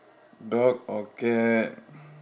dog or cat